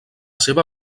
seva